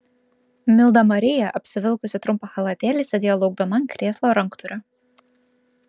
milda marija apsivilkusi trumpą chalatėlį sėdėjo laukdama ant krėslo ranktūrio